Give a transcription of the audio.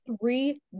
three